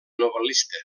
novel·lista